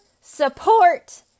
support